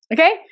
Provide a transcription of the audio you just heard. Okay